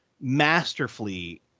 masterfully